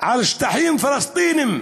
על שטחים פלסטיניים